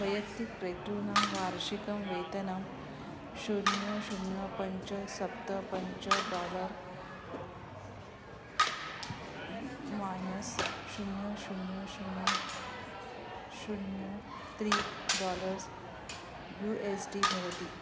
वैयक्तिकक्रेतॄणां वार्षिकं वेतनं शून्यं शून्यं पञ्च सप्त पञ्च डालर् मानसं शून्यं शून्यं शून्यं शून्यं त्रीणि डालर्स् यू एस् डी भवति